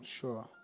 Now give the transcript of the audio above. sure